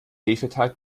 hefeteig